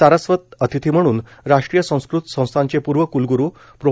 सारस्वत अतिथी म्हणून राष्ट्रीय संस्कृत संस्थानचे पूर्व कूलग्रू प्रो